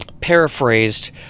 paraphrased